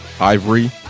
Ivory